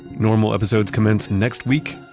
normal episodes commence next week,